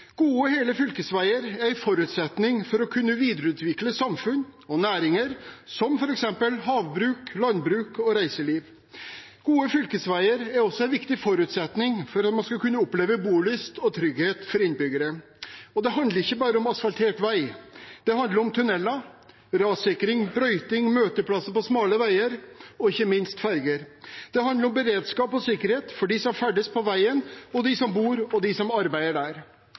Gode, hele fylkesveier er en forutsetning for å kunne videreutvikle samfunn og næringer som f.eks. havbruk, landbruk og reiseliv. Gode fylkesveier er også en viktig forutsetning for at innbyggerne skal kunne oppleve bolyst og trygghet. Det handler ikke bare om asfaltert vei, det handler om tuneller, rassikring, brøyting, møteplasser på smale veier og ikke minst ferger. Det handler om beredskap og sikkerhet for dem som ferdes på veien, og dem som bor og arbeider der.